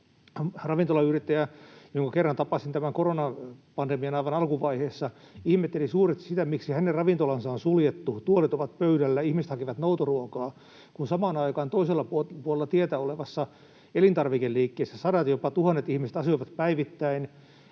Ravintolayrittäjä, jonka kerran tapasin koronapandemian aivan alkuvaiheessa, ihmetteli suuresti, miksi hänen ravintolansa on suljettu, tuolit ovat pöydällä ja ihmiset hakevat noutoruokaa, kun samaan aikaan toisella puolella tietä olevassa elintarvikeliikkeessä sadat ja jopa tuhannet ihmiset asioivat päivittäin.